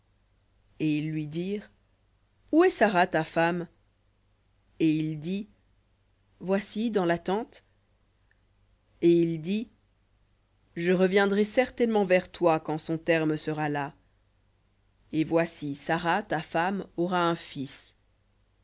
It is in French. et ils lui dirent où est sara ta femme et il dit voici dans la tente et il dit je reviendrai certainement vers toi quand terme sera là et voici sara ta femme aura un fils